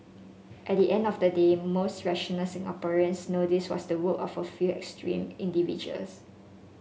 at the end of the day most rational Singaporeans know this was the work of a few extreme individuals